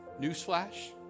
newsflash